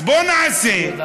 אז בואו נעשה,